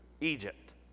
Egypt